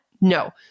No